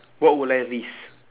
what will I risk